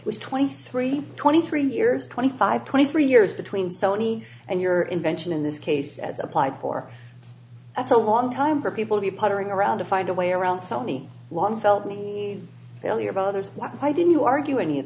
it was twenty three twenty three years twenty five twenty three years between seventy and your invention in this case as applied for that's a long time for people to be puttering around to find a way around so many long felt the failure of others why didn't you argue any of